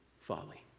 folly